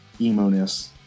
emo-ness